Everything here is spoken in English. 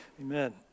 Amen